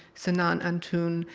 sinan antoon,